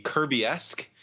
Kirby-esque